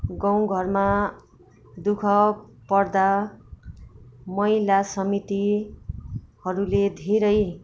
गाउँघरमा दु ख पर्दा महिला समितिहरूले धेरै